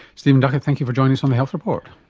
stephen duckett, thank you for joining us on the health report.